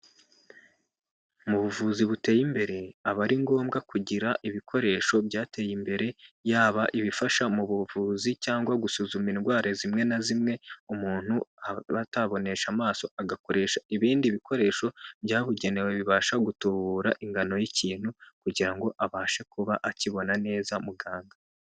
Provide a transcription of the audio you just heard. Mu buvuzi buteye imbere, aba ari ngombwa kugira ibikoresho byateye imbere yaba ibifasha mu buvuzi cyangwa gusuzuma indwara zimwe na zimwe, umuntu aba atabonesha amaso agakoresha ibindi bikoresho byabugenewe bibasha gutubura ingano y'ikintu, kugira ngo abashe kuba akibona neza muganga.